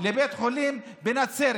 לבית חולים בנצרת.